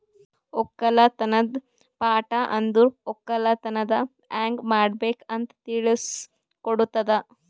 ಒಕ್ಕಲತನದ್ ಪಾಠ ಅಂದುರ್ ಒಕ್ಕಲತನ ಹ್ಯಂಗ್ ಮಾಡ್ಬೇಕ್ ಅಂತ್ ತಿಳುಸ್ ಕೊಡುತದ